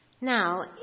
Now